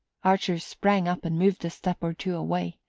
archer sprang up and moved a step or two away.